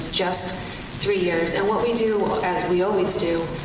just three years and what we do as we always do,